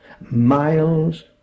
miles